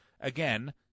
again